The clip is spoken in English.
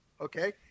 okay